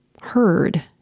heard